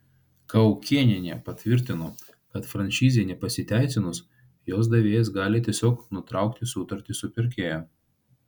kaukėnienė patvirtino kad franšizei nepasiteisinus jos davėjas gali tiesiog nutraukti sutartį su pirkėju